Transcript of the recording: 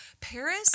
Paris